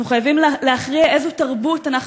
אנחנו חייבים להכריע על-פי איזו תרבות אנחנו